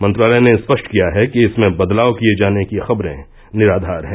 मंत्रालय ने स्पष्ट किया है कि इसमें बदलाव किए जाने की खबरें निराधार हैं